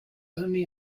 only